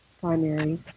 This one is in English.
primary